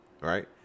right